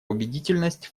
убедительность